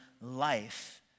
life